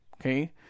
okay